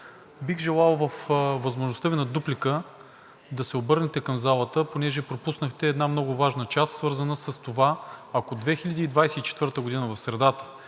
бих желал във възможността Ви на дуплика да се обърнете към залата, понеже пропуснахте една много важна част, свързана с това, ако в средата